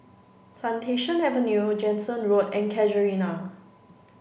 plantation Avenue Jansen Road and Casuarina